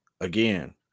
Again